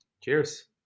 Cheers